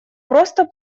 просто